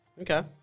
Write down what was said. Okay